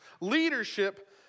Leadership